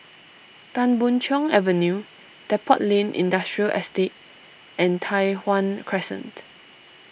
Tan Boon Chong Avenue Depot Lane Industrial Estate and Tai Hwan Crescent